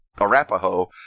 Arapaho